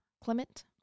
Clement